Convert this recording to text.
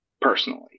personally